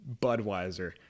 budweiser